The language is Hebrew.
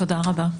תודה רבה.